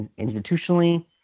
institutionally